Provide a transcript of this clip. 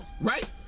right